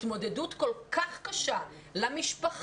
התמודדות כל כך קשה למשפחה,